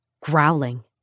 Growling